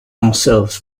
ourselves